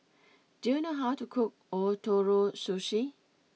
do you know how to cook Ootoro Sushi